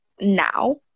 now